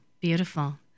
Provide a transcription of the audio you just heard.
Beautiful